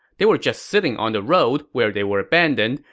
they were just sitting on the road where they were abandoned,